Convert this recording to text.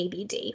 ABD